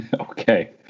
okay